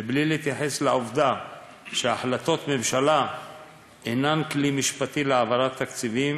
בלי להתייחס לעובדה שהחלטות ממשלה אינן כלי משפטי להעברת תקציבים